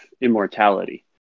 immortality